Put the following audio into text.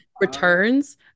returns